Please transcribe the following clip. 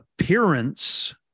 appearance